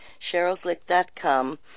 CherylGlick.com